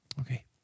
Okay